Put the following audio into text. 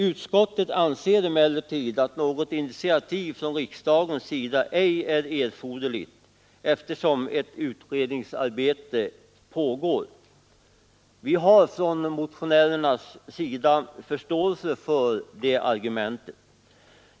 Utskottet anser emellertid att något initiativ från riksdagens sida ej är erforderligt, eftersom ett utredningsarbete pågår. Vi motionärer har förståelse för det argumentet.